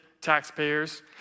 taxpayers